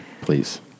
Please